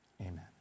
Amen